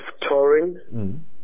touring